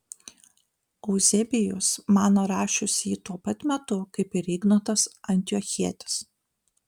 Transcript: euzebijus mano rašius jį tuo pat metu kaip ir ignotas antiochietis